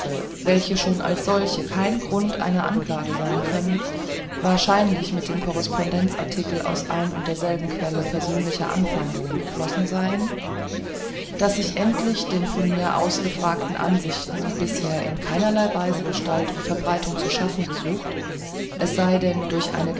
welche schon als solche kein grund einer anklage sein könnten wahrscheinlich mit dem correspondenzartikel aus ein und derselben quelle persönlicher anfeindung geflossen seien daß ich endlich den von mir ausgefragten ansichten bisher in keinerlei weise gestalt und verbreitung zu schaffen gesucht es sei denn durch